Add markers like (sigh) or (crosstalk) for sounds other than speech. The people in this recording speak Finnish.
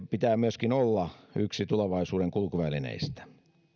(unintelligible) pitää myöskin olla yksi tulevaisuuden kulkuvälineistä